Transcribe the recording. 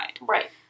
Right